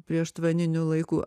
prieštvaninių laikų